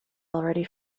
already